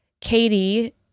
Katie